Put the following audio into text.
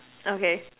okay